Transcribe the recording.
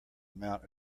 amount